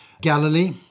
Galilee